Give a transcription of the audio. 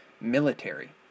military